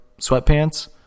sweatpants